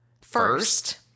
first